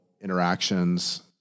interactions